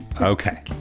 Okay